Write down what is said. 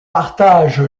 partage